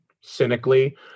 cynically